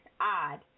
odd